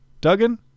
Duggan